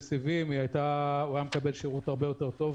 סיבים הוא היה מקבל שירות הרבה יותר טוב.